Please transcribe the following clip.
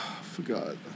forgot